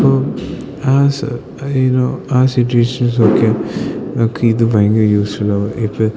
അപ്പോൾ ആ സ ഈ നോ ആ സിറ്റുവേഷൻസൊക്കെ നമുക്ക് ഇത് ഭയങ്കര യൂസ്ഫുള്ളാവും ഇപ്പം